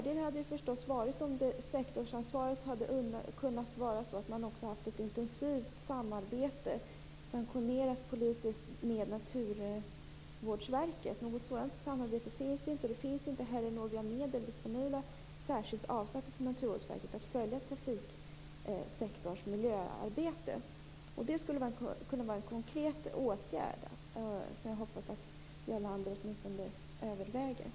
Det hade varit en fördel om sektorsansvaret inneburit ett intensivt samarbete, politiskt sanktionerat, med Naturvårdsverket. Något sådant samarbete finns inte. Det finns inte heller några disponibla medel som avsatts särskilt för att Naturvårdsverket skall kunna följa trafiksektorns miljöarbete. Det är en konkret åtgärd som jag hoppas att Jarl Lander åtminstone överväger.